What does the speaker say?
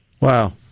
Wow